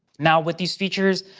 now, with these features,